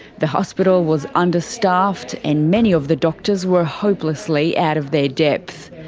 the hospital was understaffed and many of the doctors were hopelessly out of their depth.